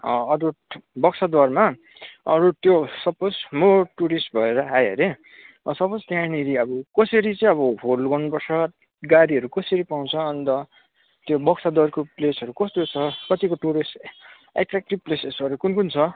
हजुर बक्साद्वारमा अरू त्यो सपोज म टुरिस्ट भएर आएँ अरे सपोज त्यहाँनेरी अब कसरी चाहिँ अब होल्ड गर्नुपर्छ गाडीहरू कसरी पाउँछ अन्त त्यो बक्साद्वारको प्लेसहरू कस्तो छ कतिको टुरिस्ट एट्र्याकटिभ प्लेसेसहरू कुन कुन छ